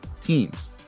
teams